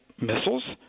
missiles